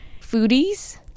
foodies